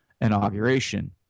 inauguration